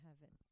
heaven